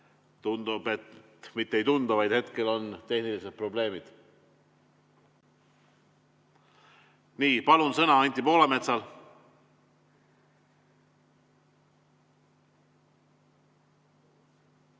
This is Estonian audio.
Tundub, et ... Mitte ei tundu, vaid hetkel ongi tehnilised probleemid. Palun sõna Anti Poolametsale.